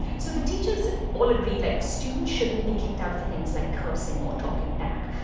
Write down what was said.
so the teachers all agree, like, students shouldn't be kicked out for things like cursing or talking back.